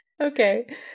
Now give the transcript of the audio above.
okay